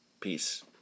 Peace